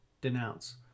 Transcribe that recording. Denounce